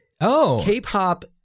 K-pop